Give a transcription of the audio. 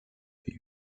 avait